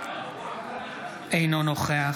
אינו נוכח